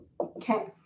Okay